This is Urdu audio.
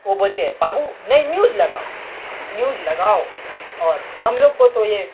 وہ بولتے ہیں بابو نہیں نیوز لگاؤ نیوز لگاؤ اور ہم لوگ کو تو یہ